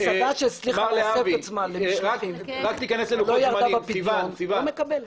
מסעדה שלא ירדה בפדיון, היא לא מקבלת.